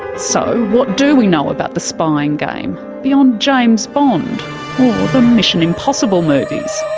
so, what do we know about the spying game beyond james bond mission impossible movies?